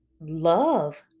love